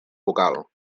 vocal